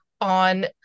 on